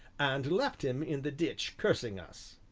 and left him in the ditch, cursing us!